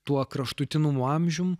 tuo kraštutinumų amžium